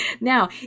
Now